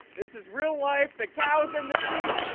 this is real life. the cows and the sheep.